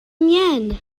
mienne